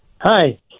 Hi